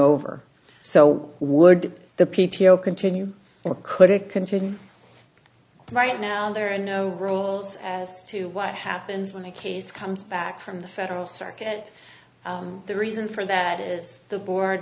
over so would the p t o continue or could it continue right now there are no rules as to what happens when a case comes back from the federal circuit the reason for that is the board